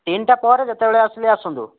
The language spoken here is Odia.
ତିନିଟା ପରେ ଯେତେବେଳେ ଆସିଲେ ଆସନ୍ତୁ